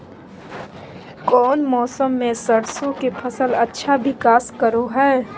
कौन मौसम मैं सरसों के फसल अच्छा विकास करो हय?